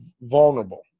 vulnerable